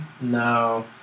No